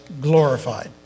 glorified